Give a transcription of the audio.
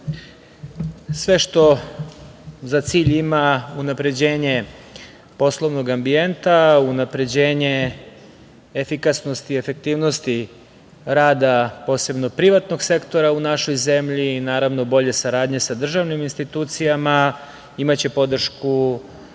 sve što za cilj ima unapređenje poslovnog ambijenta, unapređenje efikasnosti, efektivnosti rada, posebno privatnog sektora u našoj zemlji, i naravno bolje saradnje sa državnim institucijama, imaće podršku